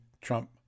Trump